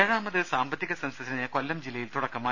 ഏഴാമത് സാമ്പത്തിക സെൻസസിന് കൊല്ലം ജില്ലയിൽ തുടക്കമായി